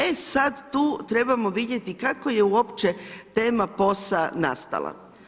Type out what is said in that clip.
E, sad tu trebamo vidjeti kako je uopće tema POS-a nastala.